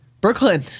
Brooklyn